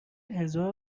هزار